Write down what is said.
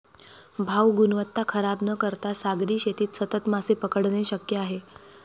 भाऊ, गुणवत्ता खराब न करता सागरी शेतीत सतत मासे पकडणे शक्य आहे